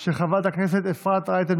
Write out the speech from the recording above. של חברת הכנסת לוי אבקסיס.